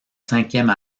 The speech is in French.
cinquième